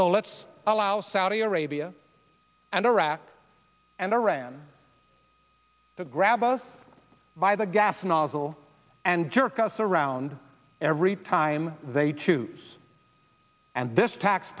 so let's allow saudi arabia and iraq and iran to grab us by the gas nozzle and jerk us around every time they choose and this tax